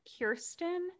kirsten